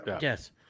Yes